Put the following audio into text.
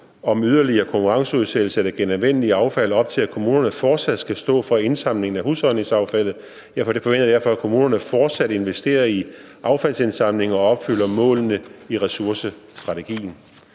om yderligere konkurrenceudsættelse af det genanvendelige affald op til, at kommunerne fortsat skal stå for indsamling af husholdningsaffald. Jeg forventer derfor, at kommunerne fortsat investerer i affaldsindsamlinger og opfylder målene i ressourcestrategien.